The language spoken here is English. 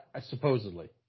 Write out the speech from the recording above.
Supposedly